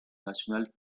national